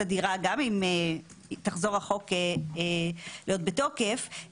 הדירה גם אם יחזור החוק להיות בתוקף,